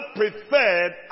preferred